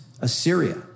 Assyria